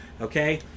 okay